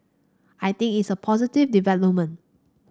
I think it's a positive development